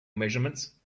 measurements